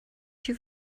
she